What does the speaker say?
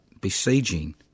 besieging